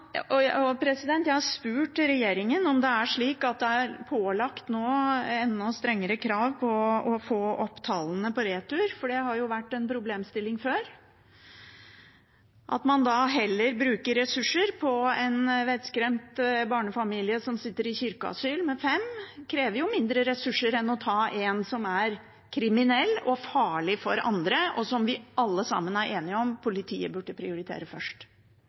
det nå er pålagt enda strengere krav for å få opp antallet returer. Det har jo vært en problemstilling før at man heller bruker ressurser på en vettskremt barnefamilie på fem som sitter i kirkeasyl. Det krever mindre ressurser enn å ta en som er kriminell og farlig for andre, og som vi alle er enige om at politiet burde prioritere først.